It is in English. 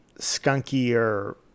skunkier